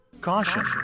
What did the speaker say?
Caution